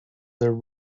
their